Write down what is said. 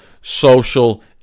social